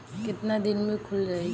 कितना दिन में खुल जाई?